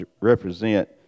represent